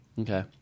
Okay